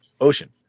ocean